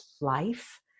life